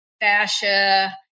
fascia